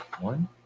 one